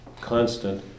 Constant